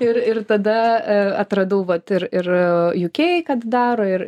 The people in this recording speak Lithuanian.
ir ir tada atradau vat ir ir uk kad daro ir